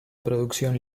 producción